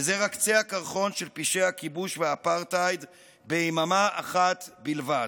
וזה רק קצה הקרחון של פשעי הכיבוש והאפרטהייד ביממה אחת בלבד.